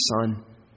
son